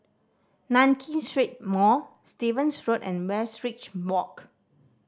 Nankin Street Mall Stevens Road and Westridge Walk